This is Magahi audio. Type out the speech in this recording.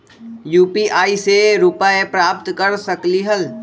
यू.पी.आई से रुपए प्राप्त कर सकलीहल?